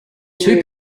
two